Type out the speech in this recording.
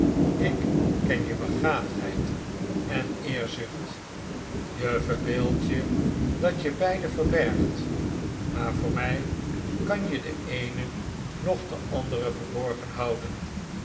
ik ken je begaafdheid en eerzucht je verbeeld je dat je beide verbergt maar voor mij kan je de eene noch de andere verborgen houden